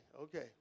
okay